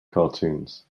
cartoons